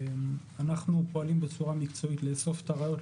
אנחנו פועלים בצורה מקצועית לאסוף את הראיות,